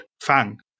Fang